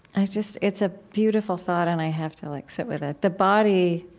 i just it's a beautiful thought and i have to like sit with it. the body,